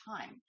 time